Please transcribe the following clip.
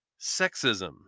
sexism